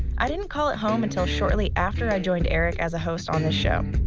i didn't call it home until shortly after i joined erick as a host on this show.